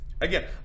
Again